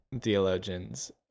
theologians